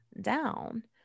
down